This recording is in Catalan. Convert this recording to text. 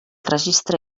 registre